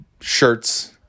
shirts